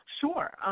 Sure